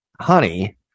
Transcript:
Honey